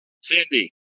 Cindy